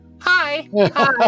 hi